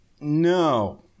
No